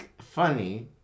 funny